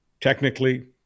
Technically